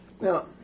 Now